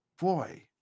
Boy